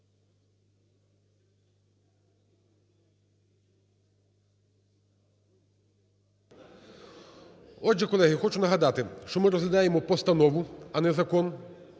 Отже, колеги, хочу нагадати, що ми розглядаємо постанову, а не закон,